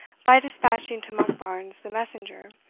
by despatching to monkbarns the messenger,